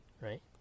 right